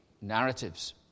narratives